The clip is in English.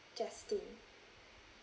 justin